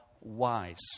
wise